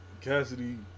Cassidy